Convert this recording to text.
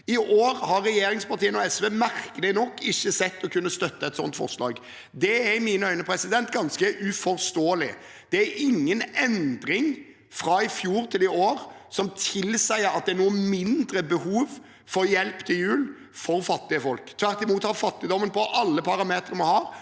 I år har regjeringspartiene og SV merkelig nok ikke sett å kunne støtte et sånt forslag. Det er i mine øyne ganske uforståelig. Det er ingen endring fra i fjor til i år som tilsier at det er noe mindre behov for hjelp til jul for fattige folk. Tvert imot har fattigdommen, på alle parametere vi har,